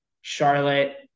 Charlotte